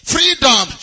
Freedom